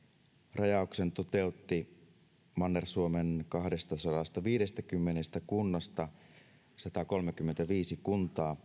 rajauksen toteutti manner suomen kahdestasadastaviidestäkymmenestä kunnasta satakolmekymmentäviisi kuntaa